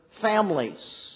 families